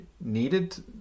needed